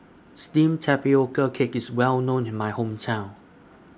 Steamed Tapioca Cake IS Well known in My Hometown